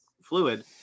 fluid